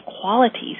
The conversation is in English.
qualities